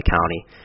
county